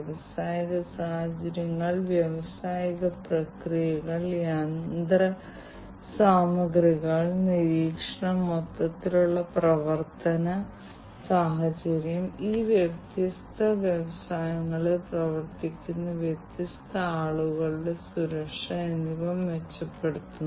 അവസാനത്തെ വെല്ലുവിളി അടിസ്ഥാനപരമായി കഴിവുകളുടെ അഭാവം ഇതൊരു പുതിയ സാങ്കേതികവിദ്യയാണ് സമഗ്രമായി എല്ലാ ബിറ്റുകളും കഷണങ്ങളും അവിടെയുണ്ട് ഈ വ്യത്യസ്ത വ്യവസായങ്ങളിൽ ഞങ്ങൾക്ക് ഇപ്പോഴും വേണ്ടത്ര വൈദഗ്ധ്യമുള്ള മനുഷ്യശേഷി ഇല്ല അവർ ഈ പുതിയ സാങ്കേതികവിദ്യ സ്വീകരിക്കാൻ ആഗ്രഹിക്കുന്നു